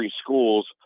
schools